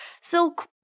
Silk